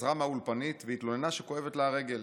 חזרה מהאולפנית והתלוננה שכואבת לה הרגל.